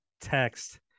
text